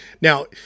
Now